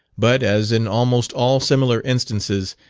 but, as in almost all similar instances,